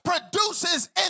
produces